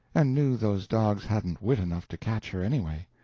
and knew those dogs hadn't wit enough to catch her, anyway.